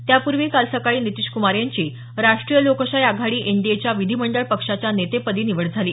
त्यापूर्वी काल सकाळी नितीशक्मार यांची राष्ट्रीय लोकशाही आघाडी एनडीएच्या विधिमंडळ पक्षाच्या नेतेपदी निवड झाली